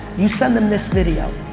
you send them this video.